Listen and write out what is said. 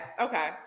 Okay